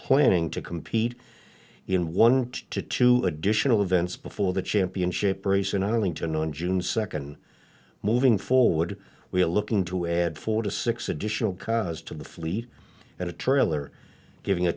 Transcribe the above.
planning to compete in one to two additional events before the championship race in arlington on june second moving forward we're looking to add four to six additional cars to the fleet at a trailer giving a